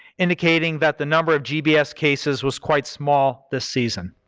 indicating that the number of gbs cases was quite small this season.